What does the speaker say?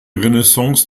renaissance